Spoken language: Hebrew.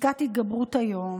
היום